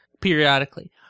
periodically